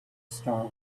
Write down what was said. star